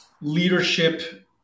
leadership